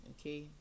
okay